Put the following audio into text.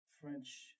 French